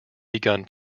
begun